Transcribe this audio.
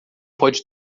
pode